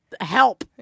help